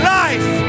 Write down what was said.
life